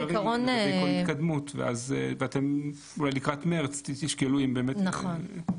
ארי על כל התקדמות ואתם אולי לקראת מרץ תשקלו אם באמת -- נכון.